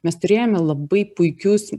mes turėjome labai puikius